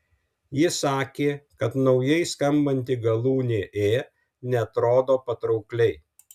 ji sakė kad naujai skambanti galūnė ė neatrodo patraukliai